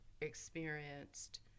experienced